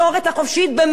זה מה שאתם עשיתם.